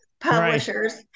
publishers